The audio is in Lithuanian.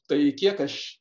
tai kiek aš